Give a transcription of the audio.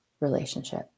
Relationship